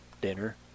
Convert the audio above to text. dinner